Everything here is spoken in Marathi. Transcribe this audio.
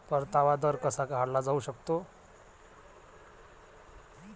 परतावा दर कसा काढला जाऊ शकतो?